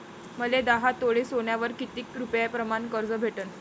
मले दहा तोळे सोन्यावर कितीक रुपया प्रमाण कर्ज भेटन?